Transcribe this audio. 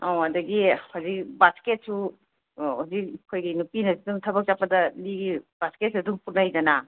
ꯑꯧ ꯑꯗꯒꯤ ꯍꯧꯖꯤꯛ ꯕꯥꯁꯀꯦꯠꯁꯨ ꯍꯧꯖꯤꯛ ꯑꯩꯈꯣꯏꯒꯤ ꯅꯨꯄꯤꯅ ꯁꯨꯝ ꯊꯕꯛ ꯆꯠꯄꯗ ꯂꯤꯒꯤ ꯕꯥꯁꯀꯦꯠꯁꯨ ꯑꯗꯨꯝ ꯄꯨꯅꯩꯗꯅ